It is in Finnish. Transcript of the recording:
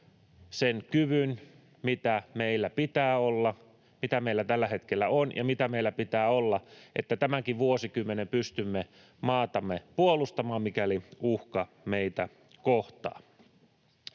sen kyvyn, mitä meillä pitää olla, mitä meillä tällä hetkellä on ja mitä meillä pitää olla, että tämänkin vuosikymmenen pystymme maatamme puolustamaan, mikäli uhka meitä kohtaa.